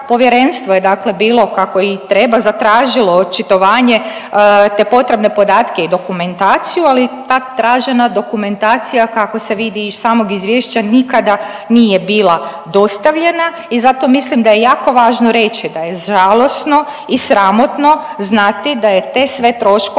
Povjerenstvo je bilo kako i treba zatražilo očitovanje te potrebne podatke i dokumentaciju, ali ta tražena dokumentacija kako se vidi iz samog izvješća nikada nije bila dostavljena i zato mislim da je jako važno reći da je žalosno i sramotno znati da je te sve troškove